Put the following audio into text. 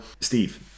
Steve